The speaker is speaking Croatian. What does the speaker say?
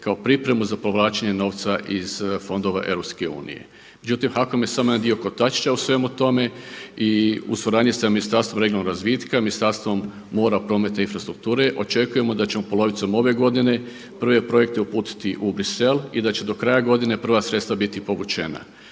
kao pripremu za povlačenje novca iz fondova EU. Međutim HAKOM je samo jedan dio kotačića u svemu tome i u suradnji sa Ministarstvom regionalnog razvitka, Ministarstvom mora, prometa i infrastrukture očekujemo da ćemo polovicom ove godine prve projekte uputiti u Bruxelles i da će do kraja godine prva sredstva biti povučena.